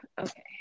okay